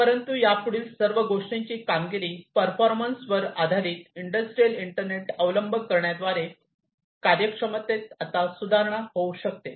परंतु या पुढील सर्व गोष्टींचा कामगिरी परफॉर्म वर इंडस्ट्रियल इंटरनेटचा अवलंब करण्याद्वारे कार्यक्षमतेत आता सुधारणा होऊ शकते